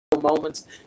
moments